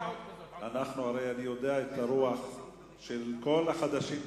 הרי אני יודע את הרוח של כל החדשים בכנסת.